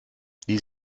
die